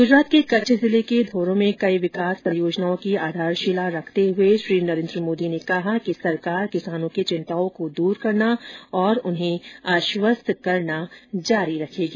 गुजरात के कच्छ जिले के धोर्डो में कई विकास परियोजनाओं की आधारशिला रखते हुए श्री नरेन्द्र मोदी ने कहा कि सरकार किसानों की चिंताओं को दूर करना और उन्हें आश्वस्त करना जारी रखेगी